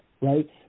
Right